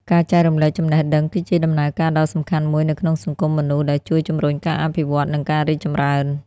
ការចែករំលែកចំណេះដឹង គឺជាដំណើរការដ៏សំខាន់មួយនៅក្នុងសង្គមមនុស្ស ដែលជួយជំរុញការអភិវឌ្ឍ និងការរីកចម្រើន។